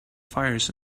fires